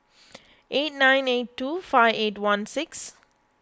eight nine eight two five eight one six